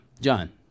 John